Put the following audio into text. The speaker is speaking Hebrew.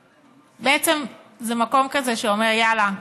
בעצם זה מקום כזה שאומר: יאללה,